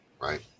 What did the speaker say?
right